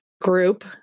group